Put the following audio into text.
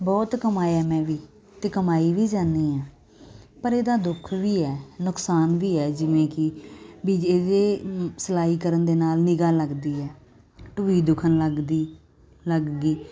ਬਹੁਤ ਕਮਾਇਆ ਮੈਂ ਵੀ ਅਤੇ ਕਮਾਈ ਵੀ ਜਾਂਦੀ ਹਾਂ ਪਰ ਇਹਦਾ ਦੁੱਖ ਵੀ ਹੈ ਨੁਕਸਾਨ ਵੀ ਹੈ ਜਿਵੇਂ ਕਿ ਵੀ ਇਹਦੇ ਸਿਲਾਈ ਕਰਨ ਦੇ ਨਾਲ ਨਿਗ੍ਹਾ ਲੱਗਦੀ ਹੈ ਢੂਹੀ ਦੁਖਣ ਲੱਗਦੀ ਲੱਗ ਗਈ